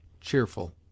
cheerful